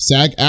Sag